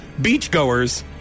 beachgoers